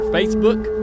Facebook